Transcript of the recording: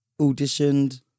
auditioned